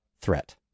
threat